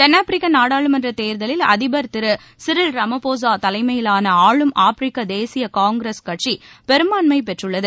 தென்னாப்பிரிக்க நாடாளுமன்ற தேர்தலில் அதிபர் திரு சிறில் ரமபோஸா தலைமையிவான ஆளும் ஆப்பிரிக்க தேசிய காங்கிரஸ் கட்சி பெரும்பான்மை பெற்றுள்ளது